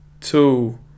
two